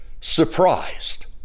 surprised